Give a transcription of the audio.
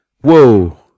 Whoa